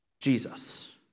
Jesus